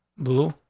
blue.